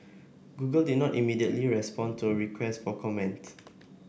Google did not immediately respond to a request for comment